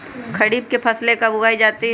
खरीफ की फसल कब उगाई जाती है?